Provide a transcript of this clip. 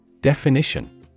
Definition